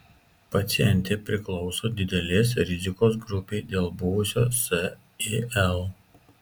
pacientė priklauso didelės rizikos grupei dėl buvusio sil